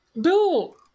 Bill